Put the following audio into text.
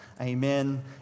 amen